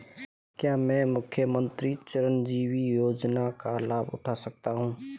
क्या मैं मुख्यमंत्री चिरंजीवी योजना का लाभ उठा सकता हूं?